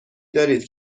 دارید